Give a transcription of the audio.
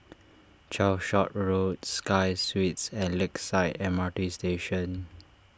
Calshot Road Sky Suites and Lakeside M R T Station